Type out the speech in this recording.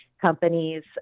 companies